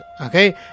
Okay